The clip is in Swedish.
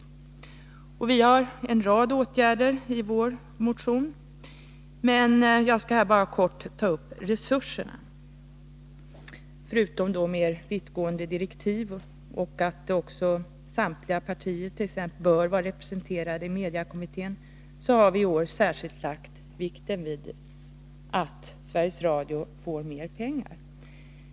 För detta krävs emellertid en rad åtgärder. Vi har räknat upp en mängd sådana i vår motion, men jag skall här bara kortfattat ta upp resurserna. Förutom att vi har krävt mer vittgående direktiv och framhållit att samtliga partier bör vara representerade i massmediekommittén, har vi i år särskilt lagt vikten vid att Sveriges Radio får mer pengar.